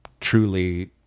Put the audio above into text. truly